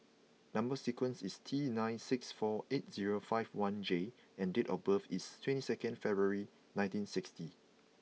number sequence is T nine six four eight zero five one J and date of birth is twenty second February nineteen sixty